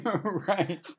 Right